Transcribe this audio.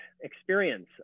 experience